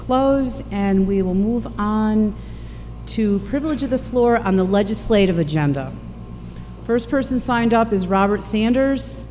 closed and we will move on to privilege of the floor on the legislative agenda first person signed up is robert c enders